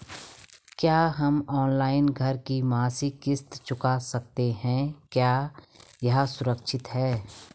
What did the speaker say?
क्या हम ऑनलाइन घर की मासिक किश्त चुका सकते हैं क्या यह सुरक्षित है?